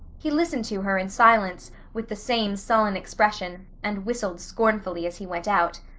he listened to her in silence, with the same sullen expression, and whistled scornfully as he went out.